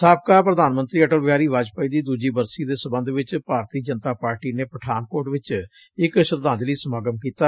ਸਾਬਕਾ ਪੁਧਾਨ ਮੰਤਰੀ ਅਟਲ ਬਿਹਾਰੀ ਵਾਜਪੇਈ ਦੀ ਦੁਜੀ ਬਰਸੀ ਦੇ ਸਬੰਧ 'ਚ ਭਾਰਤੀ ਜਨਤਾ ਪਾਰਟੀ ਨੇ ਪਠਾਨਕੋਟ ਵਿਚ ਇੱਕ ਸ਼ਰਧਾਂਜਲੀ ਸਮਾਰੋਹ ਕੀਤਾ